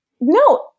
No